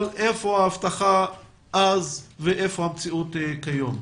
אבל איפה ההבטחה אז ואיפה המציאות היום.